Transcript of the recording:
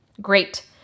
Great